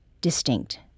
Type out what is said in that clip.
distinct